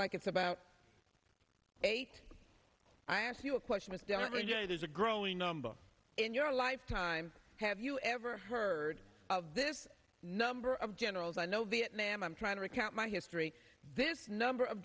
like it's a out eight i ask you a question with dan every day there's a growing number in your lifetime have you ever heard of this number of generals i know viet nam i'm trying to recount my history this number of